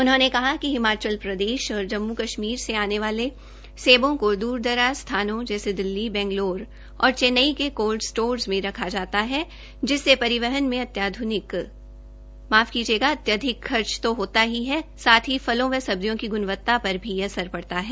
उन्होंने कहा कि हिमाचल प्रदेश और जम्मू से आने वाले सेबों को दूर दराज स्थानों जैसे दिल्ली बैंगलोर और चेन्नई के कोल्ड स्टोरेज में रखा जाता है जिससे परिवहन में अत्याधिक खर्च तो होता ही है साथ ही फलों व सब्जियों की ग्णवत्ता पर भी असर पड़ता है